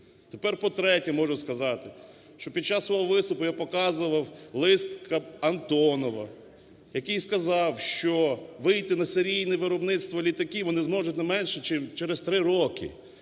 Тепер, по-третє, можу сказати, що від час свого виступу я показував лист "Антонов", який сказав, що вийти на серійне виробництво літаків вони зможуть не менше чим через три роки.